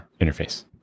interface